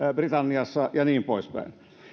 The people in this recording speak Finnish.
britanniassa ja niin poispäin